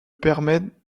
permet